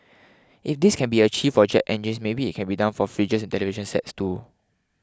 if this can be achieved for jet engines maybe it can be done for fridges and television sets too